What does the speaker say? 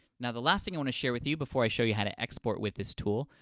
now, the last thing i want to share with you before i show you how to export with this tool,